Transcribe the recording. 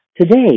Today